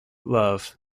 love